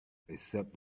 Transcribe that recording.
accept